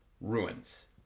ruins